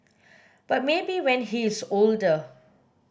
but maybe when he is older